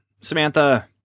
Samantha